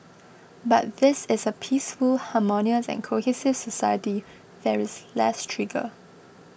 but this is a peaceful harmonious and cohesive society there is less trigger